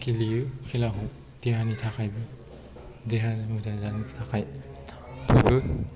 गेलेयो खेलाखौ देहानि थाखाय देहा मोजां जानायनि थाखाय बयबो